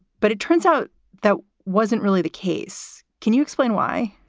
but it turns out that wasn't really the case. can you explain why?